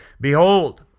Behold